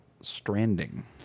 Stranding